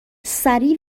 سریع